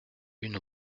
une